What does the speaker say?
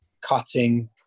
cutting